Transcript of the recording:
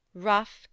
rough